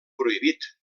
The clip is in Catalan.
prohibit